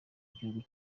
igihugu